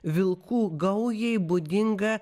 vilkų gaujai būdinga